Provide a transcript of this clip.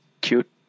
cute